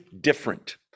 different